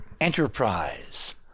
Enterprise